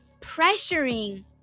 pressuring